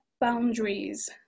boundaries